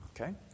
Okay